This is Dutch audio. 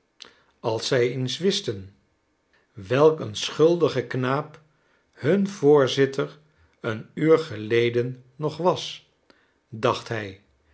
als zij eens wisten welk een schuldige knaap hun voorzitter een uur geleden nog was dacht hij